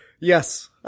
Yes